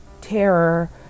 terror